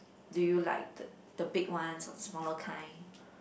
do you like the the big ones or smaller kind